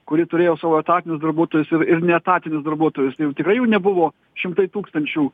kuri turėjo savo etatinius darbuotojus ir ir neetatinius darbuotojus tai jau tikrai jų nebuvo šimtai tūkstančių